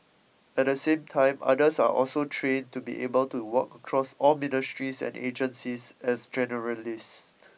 at the same time others are also trained to be able to work across all ministries and agencies as generalists